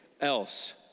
else